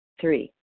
Three